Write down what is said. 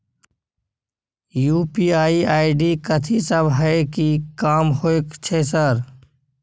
UPI ID कथि सब हय कि काम होय छय सर?